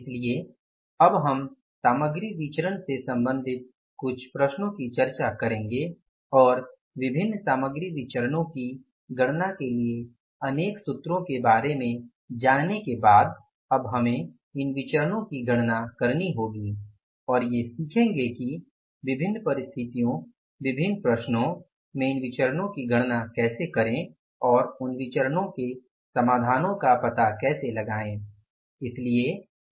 इसलिए अब हम सामग्री विचरण से सम्बंधित कुछ प्रश्नओं की चर्चा करेंगे और विभिन्न सामग्री विचरणो की गणना के लिए अनेक सूत्रों के बारे में जानने के बाद अब हमें इन विचरणो की गणना करनी होगी और ये सीखेंगे कि विभिन्न परिस्थितियों विभिन्न प्रश्नओं में इन विचरणो की गणना कैसे करें और उन विचरणो के समाधानों का पता कैसे लगाएं